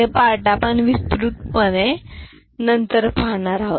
हे पार्ट आपण विस्तृतपणे नंतर पाहणार आहोत